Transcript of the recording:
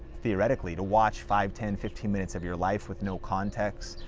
theoretically, to watch five, ten, fifteen minutes of your life with no context,